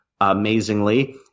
amazingly